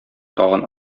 тагын